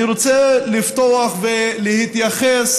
אני רוצה לפתוח, ולהתייחס